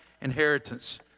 inheritance